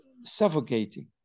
suffocating